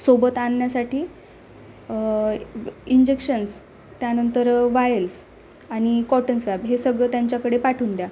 सोबत आणण्यासाठी इंजेक्शन्स त्यानंतर वायल्स आणि कॉटन स्वॅब हे सगळं त्यांच्याकडे पाठवून द्या